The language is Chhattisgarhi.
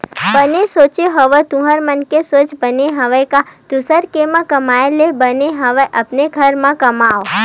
बने सोच हवस तुँहर मन के सोच बने हवय गा दुसर के म कमाए ले बने हवय अपने घर म कमाओ